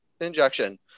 injection